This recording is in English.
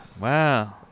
Wow